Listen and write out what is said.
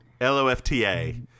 L-O-F-T-A